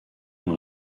dans